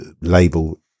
label